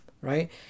right